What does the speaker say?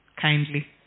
kindly